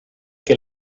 que